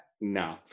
No